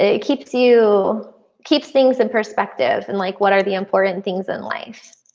it keeps you keeps things in perspective and like what are the important and things in life?